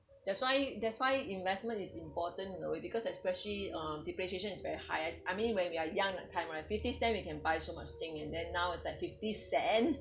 that's why that's why investment is important in a way because especially uh depression is very highest I mean when we are young that time right fifty cent we can buy so much thing and then now is like fifty cent